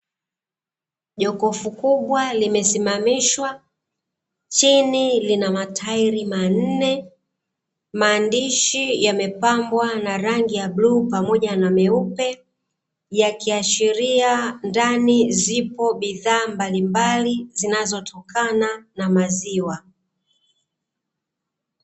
Jokofu kubwa limesimamishwa, chini lina matairi manne, maandishi yamepambwa kwa rangi ya bluu pamoja na nyeupe, yakiashiria ndani zipo bidhaa mbalimbali zinazotokana na maziwa.